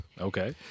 Okay